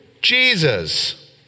Jesus